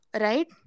Right